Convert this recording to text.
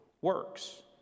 works